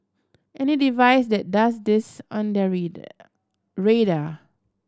any device that does this on their radar